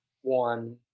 one